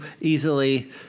easily